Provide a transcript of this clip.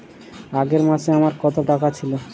আগের মাসে আমার কত টাকা ছিল?